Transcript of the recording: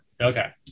Okay